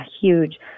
huge